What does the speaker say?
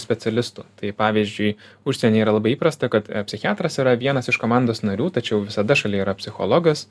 specialistų tai pavyzdžiui užsieny yra labai įprasta kad psichiatras yra vienas iš komandos narių tačiau visada šalia yra psichologas